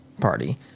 Party